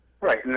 Right